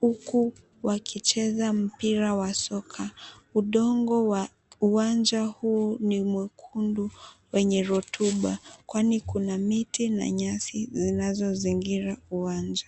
huku wakicheza mpira wa soka. Udongo wa uwanja huu ni mwekundu wenye rotuba kwani kuna miti na nyasi zinazozingira uwanja.